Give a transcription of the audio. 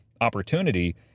opportunity